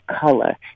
color